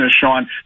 Sean